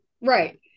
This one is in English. right